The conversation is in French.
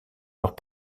leurs